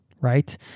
right